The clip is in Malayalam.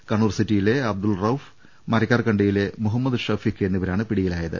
കണ്ണൂർ സിറ്റിയിലെ അബ്ദുൾ റൌഫ് മരക്കാർകണ്ടിയിലെ മുഹ മ്മദ് ഷഫീഖ് എന്നിവരാണ് പിടിയിലായത്